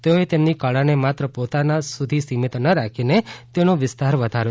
તેઓએ તેમની કળાને માત્ર પોતા સુધી સીમિત ન રાખીને તેનો વિસ્તાર વધાર્યો છે